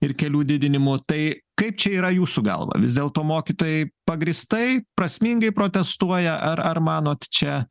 ir kelių didinimu tai kaip čia yra jūsų galva vis dėlto mokytojai pagrįstai prasmingai protestuoja ar ar manot čia